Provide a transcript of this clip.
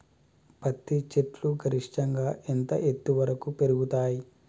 పత్తి చెట్లు గరిష్టంగా ఎంత ఎత్తు వరకు పెరుగుతయ్?